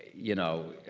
you know,